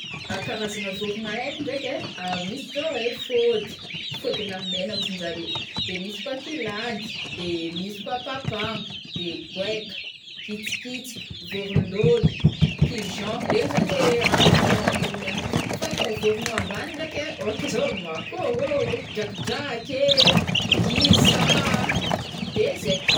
Karazagna vôrogna aiko ndraiky ai, misy zô ai fôdy, fôdilahimena ozy njare, de misy koà Kilandy, de misy koà papango, de goaika, hitsikitsika, vôrognondôlo, pigéon, regny zao le vorogno ambony any, fa kô vorogno ambany ndraiky ai, ôhatra zao akohô, drakidraky ee, gisa a, de zay.